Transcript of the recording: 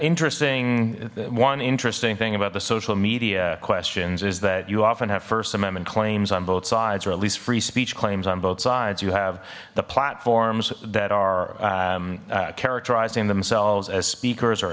interesting one interesting thing about the social media questions is that you often have first amendment claims on both sides or at least free speech claims on both sides you have the platforms that are characterizing themselves as speakers